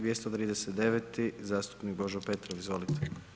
239. zastupnik Božo Petrov, izvolite.